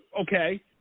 Okay